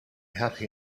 happy